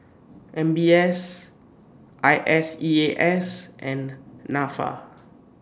M B S I S E A S and Nafa